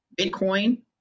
Bitcoin